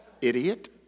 Idiot